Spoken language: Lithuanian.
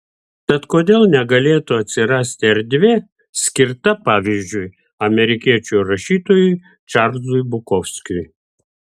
tad kodėl negalėtų atsirasti erdvė skirta pavyzdžiui amerikiečių rašytojui čarlzui bukovskiui